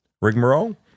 rigmarole